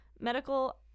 Medical